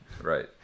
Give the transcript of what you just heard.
right